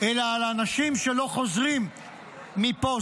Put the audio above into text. אלא על אנשים שלא חוזרים מפוסט,